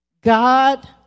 God